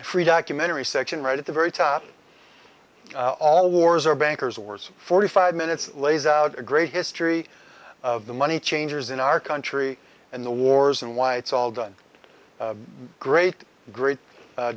free documentary section right at the very top all wars are bankers wars forty five minutes lays out a great history of the money changers in our country and the wars and why it's all done great great